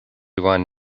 one